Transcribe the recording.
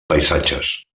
paisatges